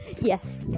Yes